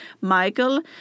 Michael